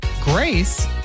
Grace